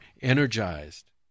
energized